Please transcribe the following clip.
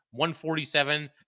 147